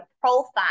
profile